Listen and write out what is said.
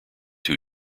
two